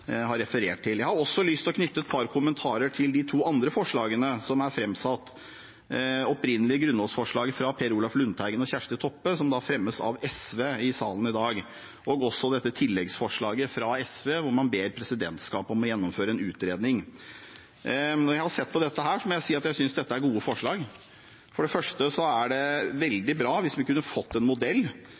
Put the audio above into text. har referert til. Jeg har også lyst til å knytte et par kommentarer til de to andre forslagene som er framsatt, det opprinnelige grunnlovsforslaget fra Per Olaf Lundteigen og Kjersti Toppe, som fremmes av SV i salen i dag, og tilleggsforslaget fra SV, hvor man ber presidentskapet gjennomføre en utredning. Etter å ha sett på dette må jeg si at jeg synes det er gode forslag. For det første er det veldig bra hvis vi kunne få en modell